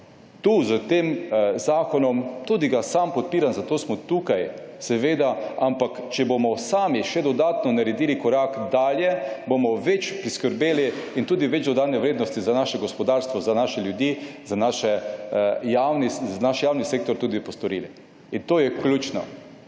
s tem zakonom. Tudi sam ga podpiram, zato smo tukaj. Ampak če bomo sami še dodatno naredili korak dalje, bomo priskrbeli tudi več dodane vrednosti za naše gospodarstvo, za naše ljudi in za naš javni sektor tudi postorili. In to je ključno.